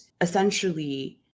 essentially